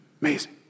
Amazing